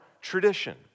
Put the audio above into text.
tradition